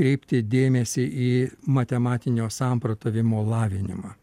kreipti dėmesį į matematinio samprotavimo lavinimą